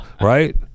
right